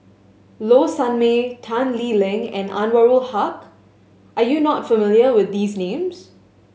Low Sanmay Tan Lee Leng and Anwarul Haque are you not familiar with these names